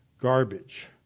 garbage